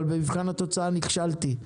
אבל במבחן התוצאה נכשלתי.